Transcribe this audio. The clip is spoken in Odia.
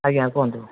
ଆଜ୍ଞା କୁହନ୍ତୁ